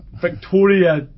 Victoria